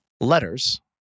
letters